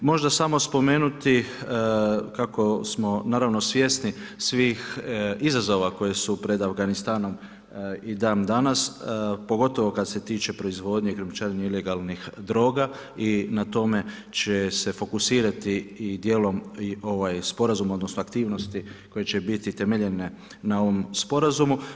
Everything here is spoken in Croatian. Možda samo spomenuti kako smo naravno svjesni svih izazova koji su pred Afganistanom i dan danas pogotovo kada se tiče proizvodnje, krijumčarenje ilegalnih druga i na tome će se fokusirati i dijelom i ovaj Sporazum odnosno aktivnosti koje će biti temeljene na ovom Sporazumu.